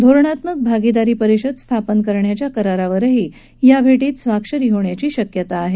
धोरणात्मक भागीदारी परिषद स्थापन करण्याच्या करारावरही या भेटीत स्वाक्षरी होण्याची शक्यता आहे